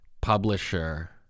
publisher